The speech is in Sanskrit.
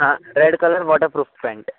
ह red colour waterproof paint